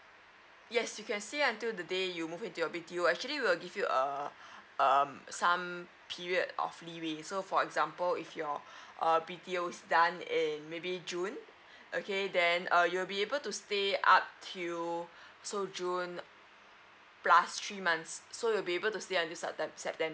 yes you can stay until the day you move into your B_T_O actually we'll give you err um some period of leeway so for example if your err B_T_O done in maybe june okay then err you'll be able to stay up till so june plus three months so you'll be able to stay until septem september